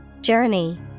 Journey